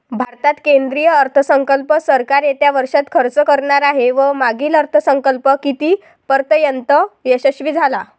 भारतात केंद्रीय अर्थसंकल्प सरकार येत्या वर्षात खर्च करणार आहे व मागील अर्थसंकल्प कितीपर्तयंत यशस्वी झाला